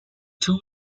two